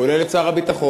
כולל את שר הביטחון,